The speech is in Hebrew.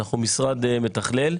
אנחנו משרד מתכלל.